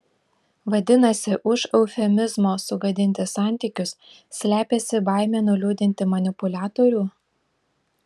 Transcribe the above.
vadinasi už eufemizmo sugadinti santykius slepiasi baimė nuliūdinti manipuliatorių